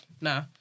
Nah